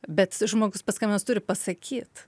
bet žmogus paskambinęs turi pasakyt